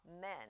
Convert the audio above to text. men